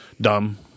Dumb